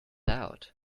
out